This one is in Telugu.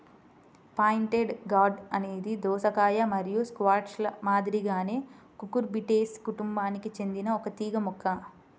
పాయింటెడ్ గార్డ్ అనేది దోసకాయ మరియు స్క్వాష్ల మాదిరిగానే కుకుర్బిటేసి కుటుంబానికి చెందిన ఒక తీగ మొక్క